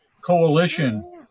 coalition